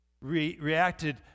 reacted